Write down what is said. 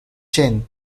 chain